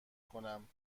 کنم